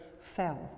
fell